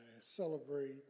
celebrate